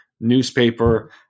newspaper